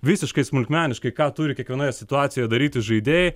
visiškai smulkmeniškai ką turi kiekvienoje situacijoje daryti žaidėjai